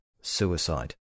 suicide